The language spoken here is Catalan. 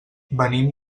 venim